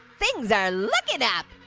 things are lookin' up.